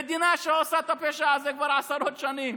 המדינה עושה את הפשע הזה כבר עשרות שנים.